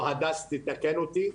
או שהדס תתקן אותי,